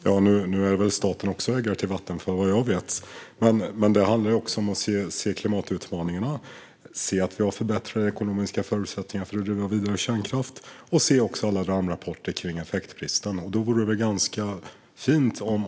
Fru talman! Staten är väl också ägare till Vattenfall, vad jag vet. Men det handlar också om att se klimatutmaningarna, se att vi har förbättrade ekonomiska förutsättningar att driva vidare kärnkraft och se alla larmrapporter om effektbristen.